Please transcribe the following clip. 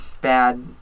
bad